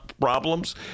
problems